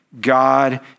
God